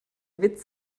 witz